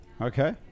Okay